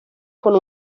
con